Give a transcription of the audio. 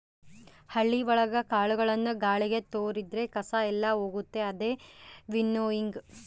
ಹಳ್ಳಿ ಒಳಗ ಕಾಳುಗಳನ್ನು ಗಾಳಿಗೆ ತೋರಿದ್ರೆ ಕಸ ಎಲ್ಲ ಹೋಗುತ್ತೆ ಅದೇ ವಿನ್ನೋಯಿಂಗ್